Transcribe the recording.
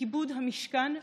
וכיבוד המשכן והמעמד,